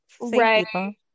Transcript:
right